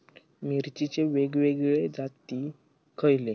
मिरचीचे वेगवेगळे जाती खयले?